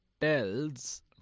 tells